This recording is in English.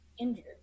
injured